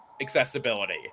accessibility